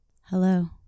Hello